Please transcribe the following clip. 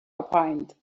opined